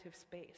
space